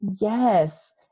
Yes